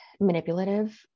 manipulative